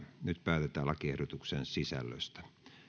nyt päätetään lakiehdotuksen sisällöstä